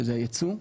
שזה ייצוא.